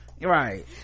right